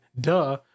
duh